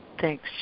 Thanks